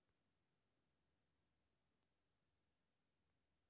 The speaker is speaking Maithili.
कम से कम केतना पैसा ले सके छी?